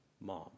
mom